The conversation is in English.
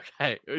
Okay